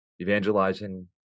evangelizing